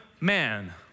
man